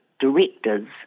directors